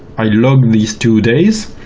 i log these two days,